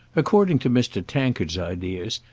according to mr. tankard's ideas,